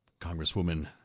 Congresswoman